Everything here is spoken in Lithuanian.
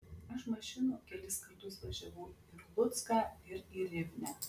aš mašinų kelis kartus važiavau ir lucką ir į rivnę